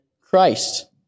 Christ